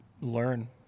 learn